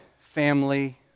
family